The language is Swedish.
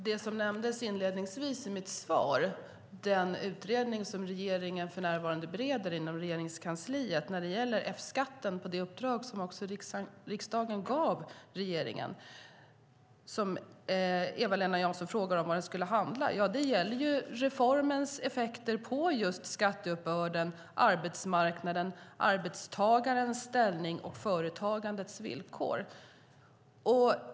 Herr talman! Inledningsvis i mitt svar nämnde jag den utredning om F-skatten som regeringen för närvarande bereder inom Regeringskansliet på uppdrag av riksdagen. Eva-Lena Jansson frågar vad den ska handla om. Det gäller reformens effekter på skatteuppbörden, arbetsmarknaden, arbetstagarens ställning och företagandets villkor.